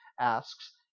asks